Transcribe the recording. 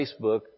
Facebook